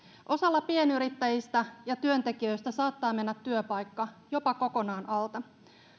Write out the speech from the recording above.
osalla pienyrittäjistä ja työntekijöistä saattaa mennä työpaikka jopa kokonaan alta